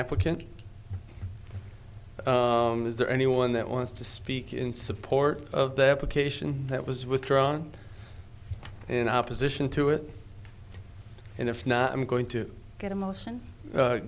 applicant is there anyone that wants to speak in support of their vocation that was withdrawn in opposition to it and if not i'm going to get a motion